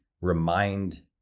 remind